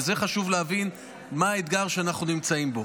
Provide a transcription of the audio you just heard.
חשוב להבין מה האתגר שאנחנו נמצאים בו.